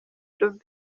dube